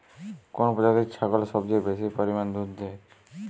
কোন প্রজাতির ছাগল সবচেয়ে বেশি পরিমাণ দুধ দেয়?